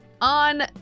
On